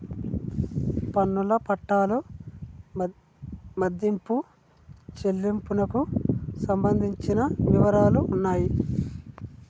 పన్నుల చట్టాలు మదింపు చెల్లింపునకు సంబంధించిన వివరాలు ఉన్నాయి